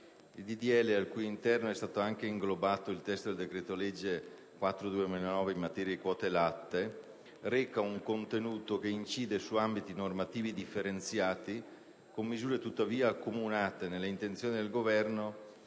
al cui interno è stato anche inglobato il testo del decreto-legge n. 4 del 2009 m materia di quote latte, reca un contenuto che incide su ambiti normativi differenziati, con misure tuttavia accomunate, nelle intenzioni del Governo,